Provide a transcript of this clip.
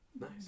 Nice